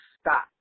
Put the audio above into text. stop